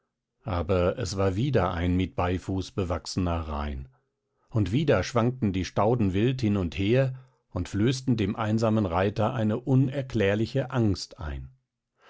aber es war wieder ein mit beifuß bewachsener rain und wieder schwankten die stauden wild hin und her und flößten dem einsamen reiter eine unerklärliche angst ein